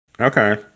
Okay